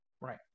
right